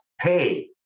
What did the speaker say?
pay